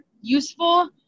useful